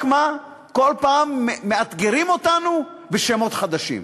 רק מה, כל פעם מאתגרים אותנו בשמות חדשים.